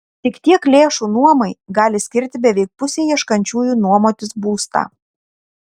tik tiek lėšų nuomai gali skirti beveik pusė ieškančiųjų nuomotis būstą